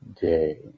day